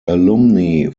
alumni